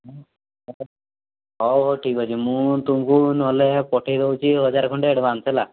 ହଉ ହଉ ଠିକ୍ ଅଛି ମୁଁ ତୁମକୁ ନହେଲେ ପଠାଇ ଦେଉଛି ହଜାରେ ଖଣ୍ଡେ ଆଡ଼ଭାନ୍ସ ହେଲା